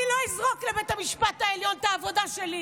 אני לא אזרוק לבית המשפט העליון את העבודה שלי.